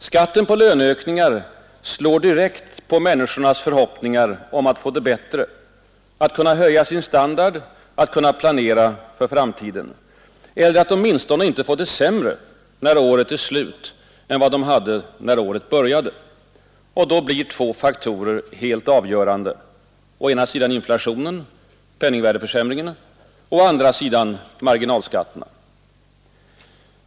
Skatten på löneökningar slår direkt på människornas förhoppningar om att få det bättre, att kunna höja sin standard, att kunna planera för framtiden. Eller att åtminstone inte få det sämre när året är slut än vad de hade när året började. Och då blir två faktorer helt avgörande, å ena sidan inflationen — penningvärdeförsämringen — och å andra sidan marginalskatterna.